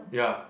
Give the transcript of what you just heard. ya